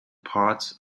parts